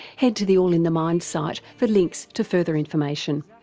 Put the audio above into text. head to the all in the mind site for links to further information.